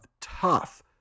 tough